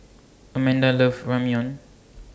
Amanda loves Ramyeon